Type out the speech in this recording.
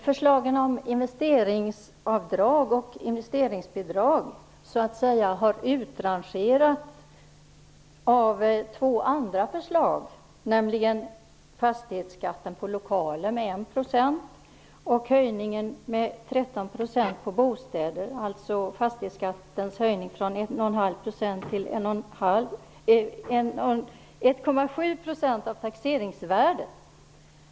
Förslagen om investeringsavdrag och investeringsbidrag har utrangerats av två andra förslag, nämligen fastighetsskatten med 1 % på lokaler och höjningen med 13 % på bostäder, dvs. höjningen av fastighetsskatten från 1,5 % till 1,7 % av taxeringsvärdet.